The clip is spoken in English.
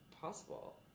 possible